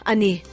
Ani